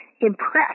impressed